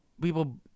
people